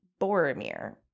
Boromir